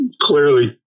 clearly